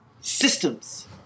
systems